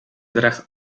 draagt